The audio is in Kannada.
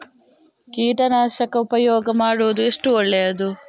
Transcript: ಕೀಟನಾಶಕ ಉಪಯೋಗ ಮಾಡುವುದು ಎಷ್ಟು ಒಳ್ಳೆಯದು?